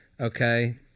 okay